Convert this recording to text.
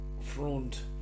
front